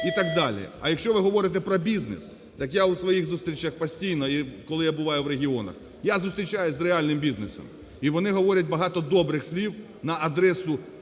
А якщо ви говорите про бізнес, так у своїх зустрічах постійно, і коли я буваю в регіонах, я зустрічаюсь з реальним бізнесом. І вони говорять багато добрих слів на адресу